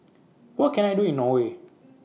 What Can I Do in Norway